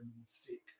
mistake